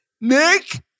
Nick